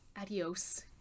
Adios